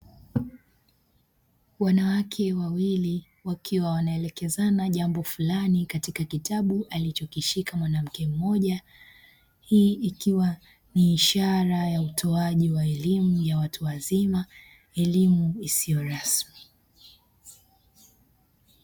Wanawake wawili wakiwa wanaelekezana jambo fulani katika kitabu alichokishika mwanamke mmoja. Hii ikiwa ni ishara ya utoaji wa elimu ya watu wazima, elimu isiyo rasmi.